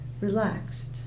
relaxed